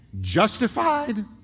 justified